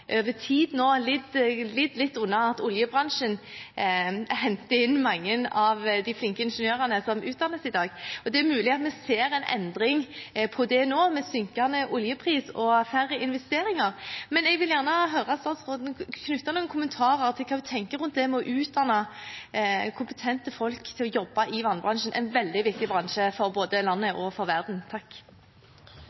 over tid nå lidd litt under at oljebransjen henter inn mange av de flinke ingeniørene som utdannes i dag. Det er mulig at vi ser en endring på det nå, med synkende oljepris og færre investeringer. Men jeg vil gjerne høre statsråden knytte noen kommentarer til hva hun tenker rundt det med å utdanne kompetente folk til å jobbe i vannbransjen, en veldig viktig bransje for både landet og verden. Vann er en menneskerett. Jeg har lyst til å begynne med det, for